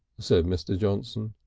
said mr. johnson.